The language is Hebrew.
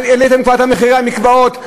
העליתם כבר את המחירים במקוואות,